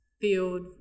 field